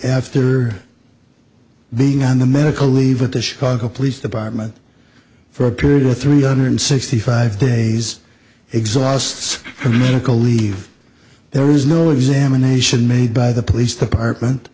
after being on the medical leave of the chicago police department for a period of three hundred sixty five days exhausts from medical leave there is no examination made by the police department